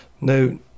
no